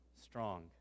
strong